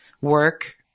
work